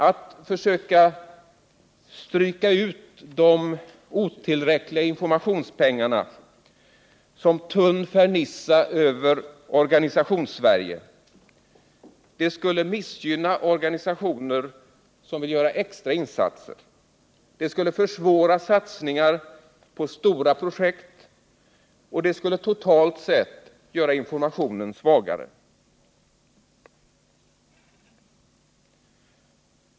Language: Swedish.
Att försöka stryka ut de otillräckliga informationspengarna som tunn fernissa över Organisationssverige skulle missgynna organisationer som vill göra extra insatser, det skulle försvåra satsningar på stora projekt och det skulle totalt sett göra informationen svagare.